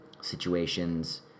situations